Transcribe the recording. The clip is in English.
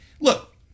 look